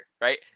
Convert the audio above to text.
right